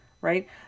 right